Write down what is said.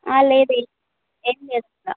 లేదు ఏం చేస్తున్న